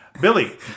Billy